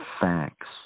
facts